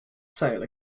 sail